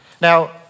Now